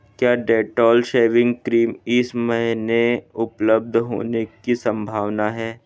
क्या Dettol shaving cream इस महीने उपलब्ध होने की संभावना है